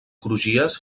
crugies